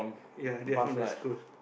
ya they are from that school